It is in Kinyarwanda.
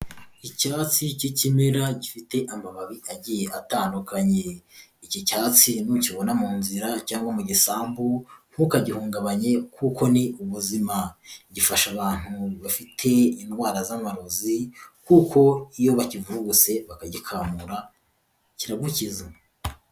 Icyatsi cy'ikimera, gifite amababi agiye atandukanye. Iki cyatsi nukibona mu nzira cyangwa mu gisambu, ntukagihungabanye, kuko ni ubuzima. Gifasha abantu bafite indwara z'amarozi, kuko iyo bakivuguse bakagikamura, kiragukiza.